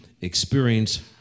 experience